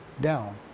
down